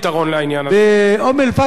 באום-אל-פחם, נא לסיים.